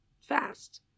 fast